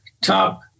top